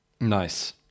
Nice